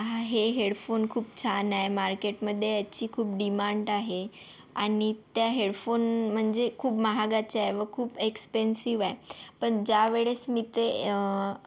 हे हेडफोन खूप छान आहे मार्केटमधे याची खूप डिमांड आहे आणि त्या हेडफोन म्हणजे खूप महागाचे आहे व खूप एक्सपेन्सिव्ह आहे पण ज्या वेळेस मी ते